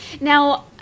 Now